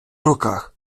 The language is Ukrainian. руках